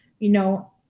you know,